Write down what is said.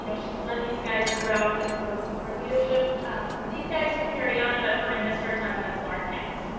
and she's lead these guys throughout, and so we're looking for leadership from these guys to carry on, but we're gonna miss her a ton and that's lauren katts.